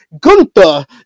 Gunther